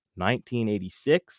1986